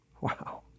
Wow